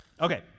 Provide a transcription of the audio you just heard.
Okay